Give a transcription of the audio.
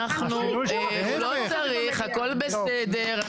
הוא לא צריך, הכול בסדר.